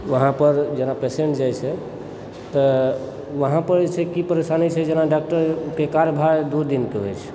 वहाँ पर जेना पेसेन्ट जाइत छै तऽ वहाँ पर जे छै की परेशानी छै जेना डॉक्टरके कार्यभार दू दिनके होइत छै